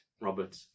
Robert